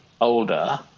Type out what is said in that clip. older